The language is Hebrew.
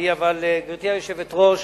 גברתי היושבת-ראש,